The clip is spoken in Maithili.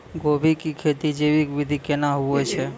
गोभी की खेती जैविक विधि केना हुए छ?